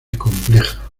compleja